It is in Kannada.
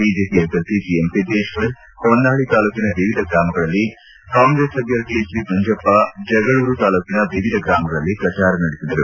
ಬಿಜೆಪಿ ಅಭ್ಯರ್ಥಿ ಜಿ ಎಂ ಸಿದ್ದೇಶ್ವರ್ ಹೊನ್ನಾಳಿ ತಾಲೂಕಿನ ವಿವಿಧ ಗ್ರಾಮಗಳಲ್ಲಿ ಕಾಂಗ್ರೆಸ್ ಅಭ್ಯರ್ಥಿ ಹೆಚ್ ಬಿ ಮಂಜಪ್ಪ ಜಗಳೂರು ತಾಲೂಕಿನ ವಿವಿಧ ಗ್ರಾಮಗಳಲ್ಲಿ ಪ್ರಚಾರ ನಡೆಸಿದರು